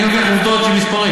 אני מביא לך עובדות של מספרים.